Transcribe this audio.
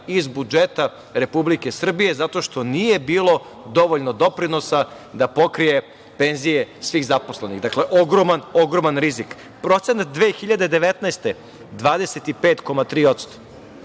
iz budžeta Republike Srbije zato što nije bilo dovoljno doprinosa da pokrije penzije svih zaposlenih, dakle ogroman rizik. Procenat 2019. godine